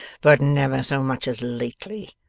but never so much as lately.